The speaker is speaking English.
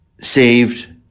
saved